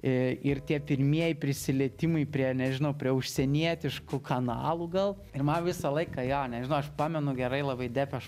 i ir tie pirmieji prisilietimai prie nežinau prie užsienietiškų kanalų gal ir man visą laiką jo nežinau aš pamenu gerai labai depeche